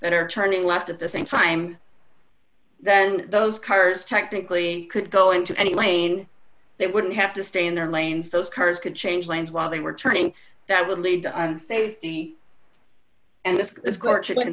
that are turning left at the same time and those cars technically could go into any lane they wouldn't have to stay in their lanes those cars could change lanes while they were turning that would lead to and safety and this is